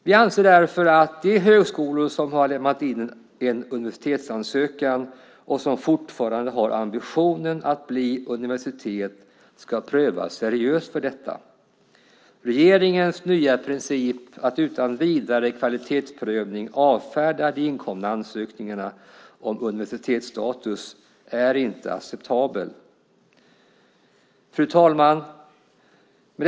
Vi anser därför att de högskolor som har lämnat in en universitetsansökan och som fortfarande har ambitionen att bli universitet ska prövas seriöst för detta. Regeringens nya princip att utan vidare kvalitetsprövning avfärda de inkomna ansökningarna om universitetsstatus är inte acceptabel. Fru talman!